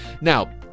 Now